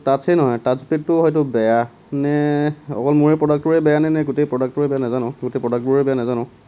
টাচ্চেই নহয় টাচ্পেডটো হয়তো বেয়া মানে অকল মোৰে প্ৰডাক্টটোৰে বেয়া নে নে গোটেই প্ৰডাক্টটোৰেই বেয়া নাজানোঁ গোটেই প্ৰডাক্টবোৰেই বেয়া নাজানোঁ